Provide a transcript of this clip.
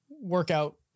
workout